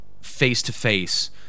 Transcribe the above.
face-to-face